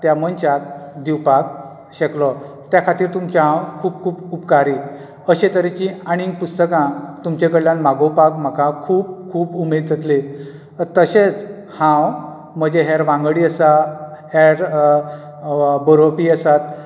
त्या मनशाक दिवपाक शकलों त्या खातीर तुमचे हांव खूब खूब उपकारी अशें तरेची आनीक पुस्तकां तुमचे कडल्यान मागोवपाक म्हाका खूप खूप उमेद जातली तशेंच हांव म्हजे हेर वागंडी आसा हेर बरोपवपी आसात